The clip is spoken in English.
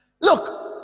look